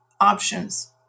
options